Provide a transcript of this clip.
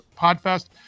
Podfest